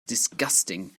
disgusting